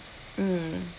mm